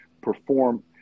perform